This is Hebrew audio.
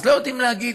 אז לא יודעים להגיד: